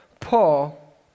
Paul